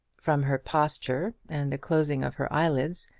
from her posture, and the closing of her eyelids,